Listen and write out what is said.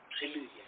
Hallelujah